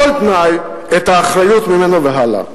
בכל תנאי, את האחריות ממנו והלאה.